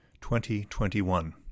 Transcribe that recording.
2021